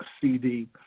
CD